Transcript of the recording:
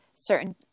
certain